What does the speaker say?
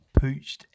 Pooched